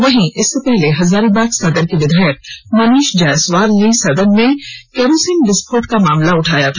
वहीं इससे पहले हजारीबाग सदर के विधायक मनीष जायसवाल ने सदन में केरोसिन विस्फोट का मामला उठाया था